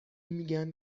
میگن